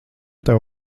tev